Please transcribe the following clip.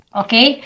okay